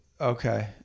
Okay